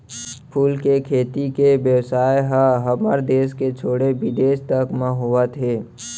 फूल के खेती के बेवसाय ह हमर देस के छोड़े बिदेस तक म होवत हे